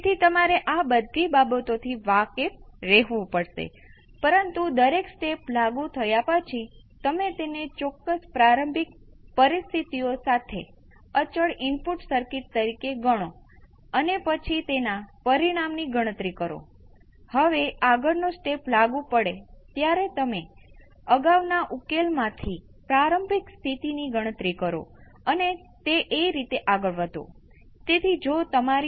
હવે આ પોતાના માટે સમજવું ઉપયોગી છે અને પછી પણ જ્યારે આપણે બીજા ઓર્ડરની સિસ્ટમની ચર્ચા કરીએ છીએ ખાસ કરીને બીજી ઓર્ડર સિસ્ટમ્સનો કેસ આ કેસમાં ઓછું છે જ્યાં પ્રથમ ઓર્ડર સિસ્ટમ આપવામાં આવી રહી છે એક્સપોનેનશીયલ છે જે તેનો નેચરલ રિસ્પોન્સ છે